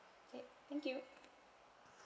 okay thank you